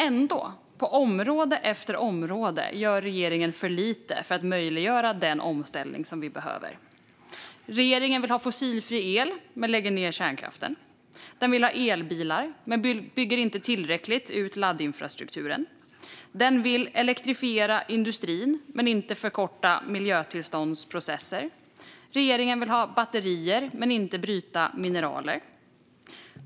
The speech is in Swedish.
Ändå gör regeringen på område efter område för lite för att möjliggöra den omställning som vi behöver. Regeringen vill ha fossilfri el men lägger ned kärnkraften. Den vill ha elbilar men bygger inte ut laddinfrastrukturen tillräckligt. Den vill elektrifiera industrin men inte förkorta miljötillståndsprocesser. Regeringen vill ha batterier men inte bryta mineral.